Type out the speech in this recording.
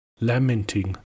Lamenting